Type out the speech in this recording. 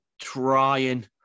trying